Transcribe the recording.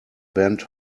bent